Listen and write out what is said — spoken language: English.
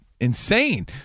insane